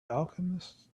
alchemist